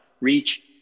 reach